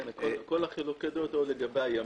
כל חילוקי הדעות, לגבי הימים.